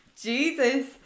Jesus